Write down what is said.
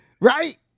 right